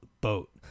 boat